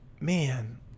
man